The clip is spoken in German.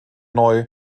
neu